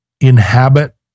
inhabit